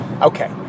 Okay